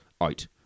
out